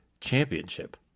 championship